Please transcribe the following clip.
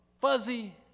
fuzzy